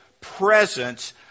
presence